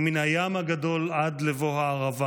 ומן הים הגדול עד לבוא הערבה